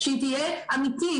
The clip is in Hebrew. שהיא תהיה אמיתית,